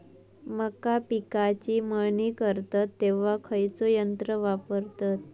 मका पिकाची मळणी करतत तेव्हा खैयचो यंत्र वापरतत?